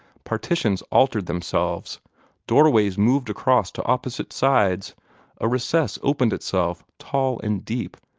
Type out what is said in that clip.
partitions altered themselves door-ways moved across to opposite sides a recess opened itself, tall and deep,